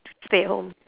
stay at home